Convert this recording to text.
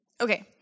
Okay